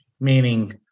Meaning